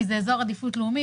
כי זה אזור עדיפות לאומית,